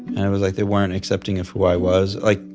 and it was like they weren't accepting of who i was. like,